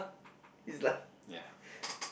it's like